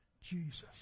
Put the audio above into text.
Jesus